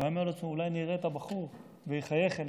הוא היה אומר לעצמו: אולי נראה את הבחור והוא יחייך אלי,